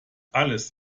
alles